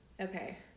Okay